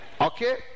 okay